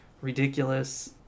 ridiculous